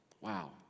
Wow